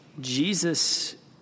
Jesus